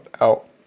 out